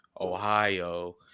Ohio